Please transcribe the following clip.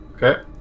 Okay